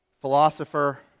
Philosopher